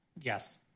Yes